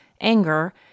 anger